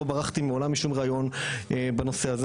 לא ברחתי מעולם משום ראיון בנושא הזה,